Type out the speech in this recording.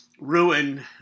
ruin